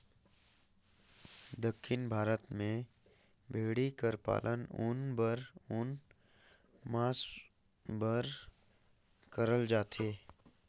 दक्खिन भारत में भेंड़ी कर पालन ऊन बर अउ मांस बर करल जाथे